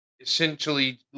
essentially